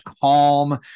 calm